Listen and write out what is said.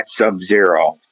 Sub-Zero